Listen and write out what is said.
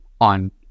on